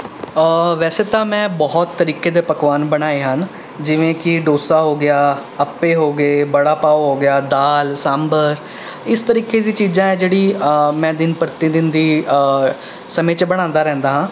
ਵੈਸੇ ਤਾਂ ਮੈਂ ਬਹੁਤ ਤਰੀਕੇ ਦੇ ਪਕਵਾਨ ਬਣਾਏ ਹਨ ਜਿਵੇਂ ਕਿ ਡੋਸਾ ਹੋ ਗਿਆ ਅੱਪੇ ਹੋ ਗਏ ਬੜਾ ਪਾਓ ਹੋ ਗਿਆ ਦਾਲ ਸਾਂਬਰ ਇਸ ਤਰੀਕੇ ਦੀ ਚੀਜ਼ਾਂ ਹੈ ਜਿਹੜੀ ਮੈਂ ਦਿਨ ਪ੍ਰਤੀ ਦਿਨ ਦੀ ਸਮੇਂ 'ਚ ਬਣਾਉਂਦਾ ਰਹਿੰਦਾ ਹਾਂ